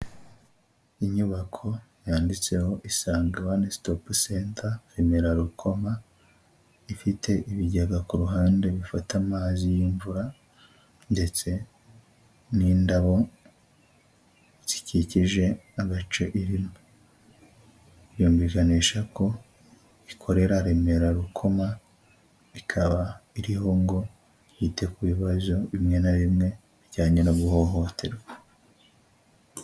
Inyubako yanditseho isange wani sitopu senta Remera-Rukoma, ifite ibigega ku ruhande bifata amazi y'imvura ndetse n'indabo zikikije agace irimo. Yumvikanisha ko ikorera Remera-Rukoma ikaba iriho ngo hitwe ku bibazo bimwe na bimwe bijyanye no guhohoterwa.